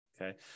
okay